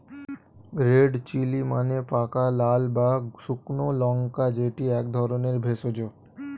red chilli মানে পাকা লাল বা শুকনো লঙ্কা যেটি এক ধরণের ভেষজ